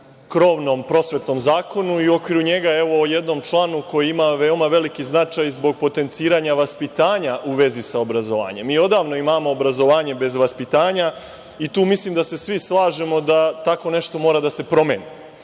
krovnom prosvetnom zakonu i u okviru njega o jednom članu koji ima veoma veliki značaj zbog potenciranja vaspitanja u vezi sa obrazovanjem. Mi odavno imamo obrazovanje bez vaspitanja i tu mislim da se svi slažemo da tako nešto mora da se